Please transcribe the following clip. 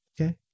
okay